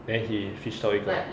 then he fished 到一个